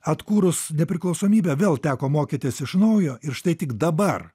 atkūrus nepriklausomybę vėl teko mokytis iš naujo ir štai tik dabar